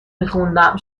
میخوندم